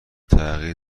تغییر